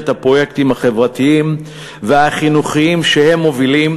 הפרויקטים החברתיים והחינוכיים שהם מובילים,